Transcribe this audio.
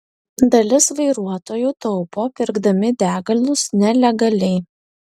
dalis vairuotojų taupo pirkdami degalus nelegaliai